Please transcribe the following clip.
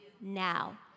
now